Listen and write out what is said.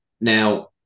Now